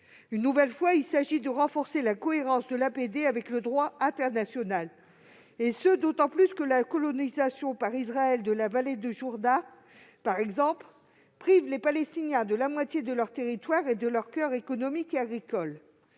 Une nouvelle fois, il s'agit de renforcer la cohérence de l'APD avec le droit international, d'autant que la colonisation par Israël de la vallée du Jourdain prive les Palestiniens de la moitié de leur territoire, dont son coeur économique et agricole.